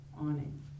awning